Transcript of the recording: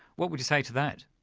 what would you say to that?